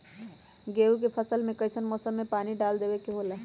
गेहूं के फसल में कइसन मौसम में पानी डालें देबे के होला?